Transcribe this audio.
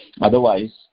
otherwise